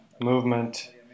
movement